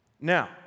now